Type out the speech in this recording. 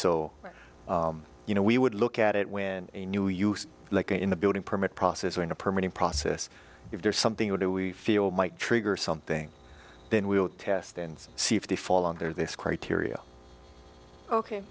so you know we would look at it when a new use like in the building permit process when a permanent process if there's something we do we feel might trigger something then we'll test and see if they fall on their this criteria ok